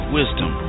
wisdom